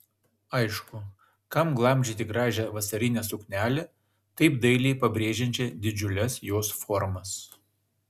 aišku kam glamžyti gražią vasarinę suknelę taip dailiai pabrėžiančią didžiules jos formas